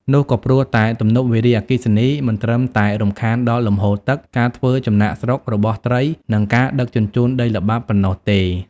នោះក៏ព្រោះតែ ទំនប់វារីអគ្គិសនីមិនត្រឹមតែរំខានដល់លំហូរទឹក ការធ្វើចំណាកស្រុករបស់ត្រី និងការដឹកជញ្ជូនដីល្បាប់ប៉ុណ្ណោះទេ។